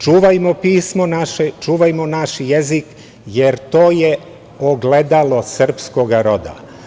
Čuvajmo pismo naše, čuvajmo naš jezik, jer to je ogledalo srpskog roda.